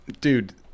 Dude